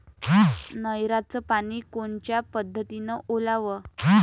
नयराचं पानी कोनच्या पद्धतीनं ओलाव?